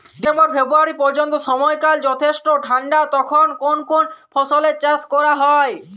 December February পর্যন্ত সময়কাল যথেষ্ট ঠান্ডা তখন কোন কোন ফসলের চাষ করা হয়?